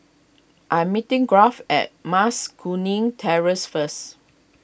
I'm meeting Garth at Mas Kuning Terrace first